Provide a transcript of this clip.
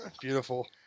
Beautiful